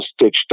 stitched